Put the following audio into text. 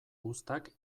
uztak